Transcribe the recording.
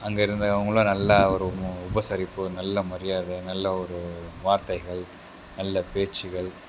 அங்கே இருந்தவங்களும் நல்ல ஒரு உபசரிப்பு நல்ல மரியாதை நல்ல ஒரு வார்த்தைகள் நல்ல பேச்சுகள்